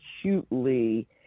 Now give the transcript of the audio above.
acutely